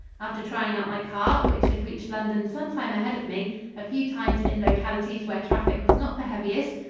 after trying out my car which had reached london some time ahead of me a few times in localities where traffic was not the heaviest,